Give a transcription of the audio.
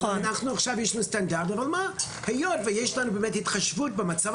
יש עכשיו סטנדרטים אבל היות ויש התחשבות במצב